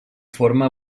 forma